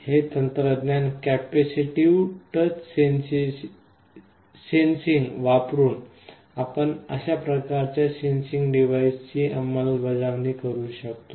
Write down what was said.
हे एक तंत्रज्ञान आहे कॅपेसिटिव्ह टच सेन्सिंग वापरुन आपण अशा प्रकारच्या सेन्सिंग डिव्हाइसची अंमलबजावणी करू शकतो